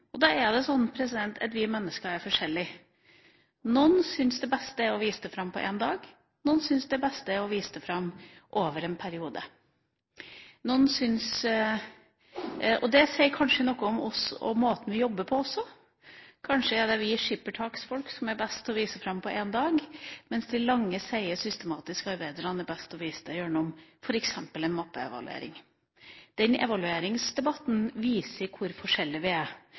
og vi mennesker er forskjellige. Noen syns det beste er å vise det fram på én dag, og noen syns det beste er å vise det fram over en periode. Det sier kanskje noe om oss og måten vi jobber på også. Kanskje er det vi skippertaksfolk som er best til å vise fram på én dag, mens de som arbeider langsiktig, seigt og systematisk, er best til å vise det gjennom f.eks. en mappeevaluering. Den evalueringsdebatten viser hvor forskjellige vi er,